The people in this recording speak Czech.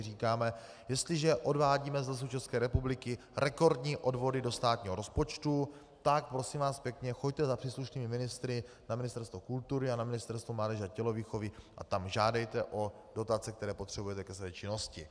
Říkáme: Jestliže odvádíme z Lesů České republiky rekordní odvody do státního rozpočtu, tak prosím vás pěkně choďte za příslušnými ministry na Ministerstvo kultury a na Ministerstvo mládeže a tělovýchovy a tam žádejte o dotace, které potřebujete ke své činnosti.